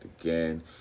Again